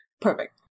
Perfect